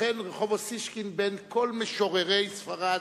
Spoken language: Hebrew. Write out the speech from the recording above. לכן רחוב אוסישקין, בין כל משוררי ספרד,